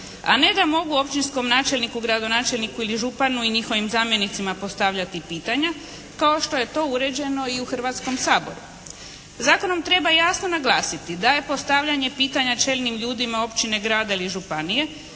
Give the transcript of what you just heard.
a ne da mogu općinskom načelniku, gradonačelniku ili županu i njihovim zamjenicima postavljati pitanja kao što je to uređeno i u Hrvatskom saboru. Zakonom treba jasno naglasiti da je postavljanje pitanja čelnim ljudima općine, grada ili županije